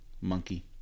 Monkey